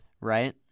right